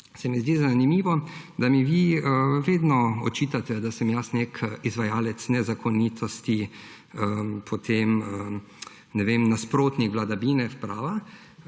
se mi zdi zanimivo, da mi vi vedno očitate, da sem jaz nek izvajalec nezakonitosti, nasprotnik vladavine prava.